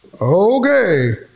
Okay